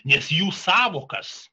nes jų sąvokas